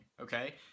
okay